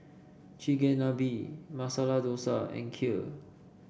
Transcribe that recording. Chigenabe Masala Dosa and Kheer